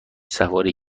سواری